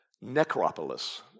necropolis